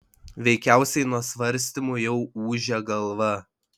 veikiausiai nuo svarstymų jau ūžia galva